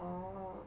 orh